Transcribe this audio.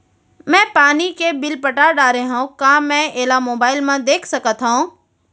मैं पानी के बिल पटा डारे हव का मैं एला मोबाइल म देख सकथव?